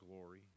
glory